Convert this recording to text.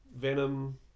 Venom